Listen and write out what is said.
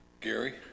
Gary